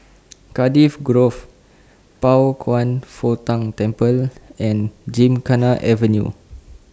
Cardiff Grove Pao Kwan Foh Tang Temple and Gymkhana Avenue